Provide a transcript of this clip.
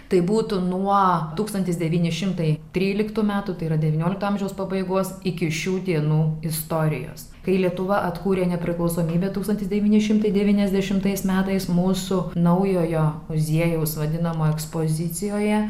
tai būtų nuo tūkstantis devyni šimtai tryliktų metų tai yra devyniolikto amžiaus pabaigos iki šių dienų istorijos kai lietuva atkūrė nepriklausomybę tūkstantis devyni šimtai devyniasdešimtais metais mūsų naujojo muziejaus vadinamoj ekspozicijoje